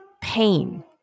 pain